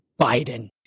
Biden